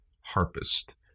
harpist